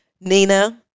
Nina